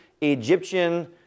Egyptian